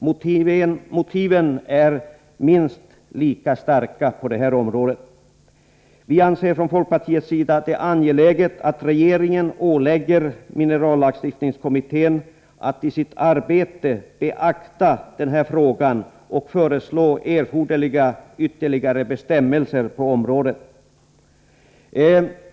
Motiven är minst lika starka. Vi i folkpartiet anser det angeläget att regeringen ålägger minerallagstiftningskommittén att i sitt arbete beakta denna fråga och föreslå erforderliga, ytterligare bestämmelser på området.